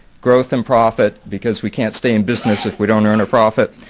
growth and profit because we can't stay in business if we don't earn a profit,